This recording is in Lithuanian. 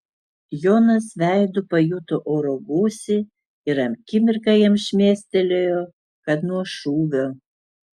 jonas veidu pajuto oro gūsį ir akimirką jam šmėstelėjo kad nuo šūvio